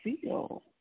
feel